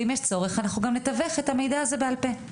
ואם יש צורך אנחנו גם נתווך את המידע הזה בעל פה,